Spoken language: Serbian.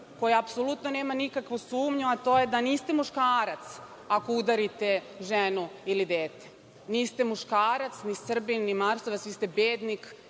koja apsolutno nema nikakvu sumnju, a to je da niste muškarac ako udarite ženu ili dete, niste muškarac, ni Srbin, ni marsovac, vi ste bednik